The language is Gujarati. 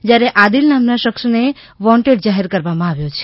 જ્યારે આદિલ નામના શખ્સને વોન્ટેડ જાહેર કરવામાં આવ્યો છે